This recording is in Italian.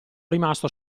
rimasto